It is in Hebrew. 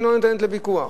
לא ניתנת לוויכוח.